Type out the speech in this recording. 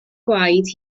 gwaed